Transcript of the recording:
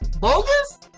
bogus